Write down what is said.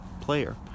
player